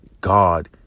God